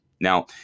Now